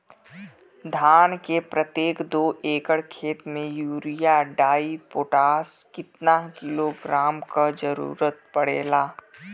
धान के प्रत्येक दो एकड़ खेत मे यूरिया डाईपोटाष कितना किलोग्राम क जरूरत पड़ेला?